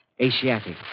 Asiatic